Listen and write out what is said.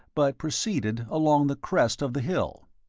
but proceeded along the crest of the hill.